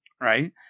Right